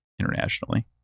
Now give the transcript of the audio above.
internationally